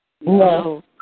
No